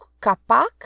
Capac